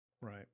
Right